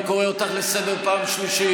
אני קורא אותך לסדר בפעם השלישית.